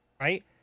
right